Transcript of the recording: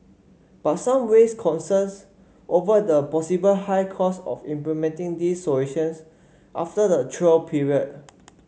but some raised concerns over the possible high cost of implementing these solutions after the trial period